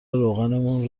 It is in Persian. روغنمون